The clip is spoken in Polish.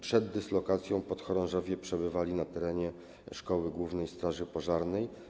Przed dyslokacją podchorążowie przebywali na terenie szkoły głównej straży pożarnej.